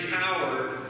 power